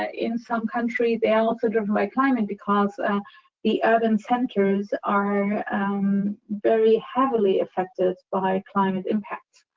ah in some country, they're also driven by climate, because the urban centers are very heavily affected by climate impacts.